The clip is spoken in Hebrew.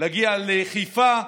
להגיע לחיפה,